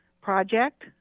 project